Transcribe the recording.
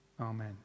Amen